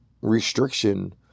restriction